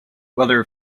weather